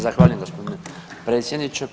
Zahvaljujem gospodine predsjedniče.